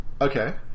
Okay